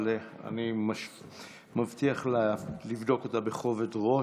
אבל אני מבטיח לבדוק אותה בכובד ראש.